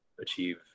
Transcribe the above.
achieve